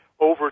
over